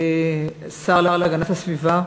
ותחזור לוועדת העבודה,